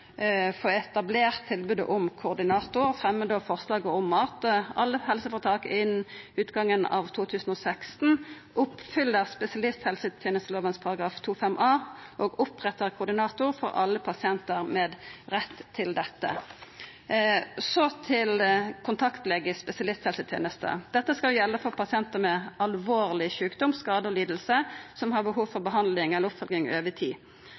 for alle pasienter med rett til dette». Så til kontaktlege i spesialisthelsetenesta. Dette skal gjelda for pasientar med alvorleg sjukdom, skade og lidingar, og som har behov for behandling eller oppfølging over tid.